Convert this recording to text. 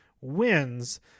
wins